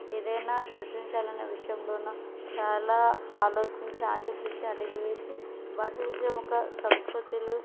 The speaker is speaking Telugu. ఏదైనా సృష్టించాలి అని విషయంలో చాలా ఆలోచించి ఆచితూచి అడుగువేసి భారతదేశం యొక్క సంస్కృతులు